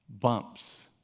bumps